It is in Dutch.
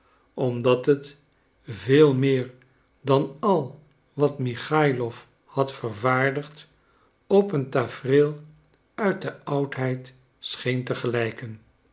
omdat het veel meer dan al wat michaïlof had vervaardigd op een tafereel uit de oudheid scheen te